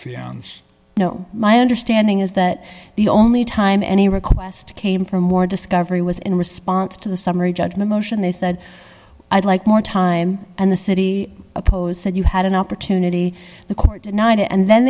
know my understanding is that the only time any request came from or discovery was in response to the summary judgment motion they said i'd like more time and the city opposed said you an opportunity the court denied it and then